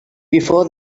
before